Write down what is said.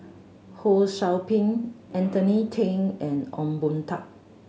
Ho Sou Ping Anthony Then and Ong Boon Tat